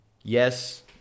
yes